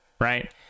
right